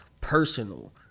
personal